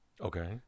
Okay